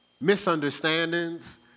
misunderstandings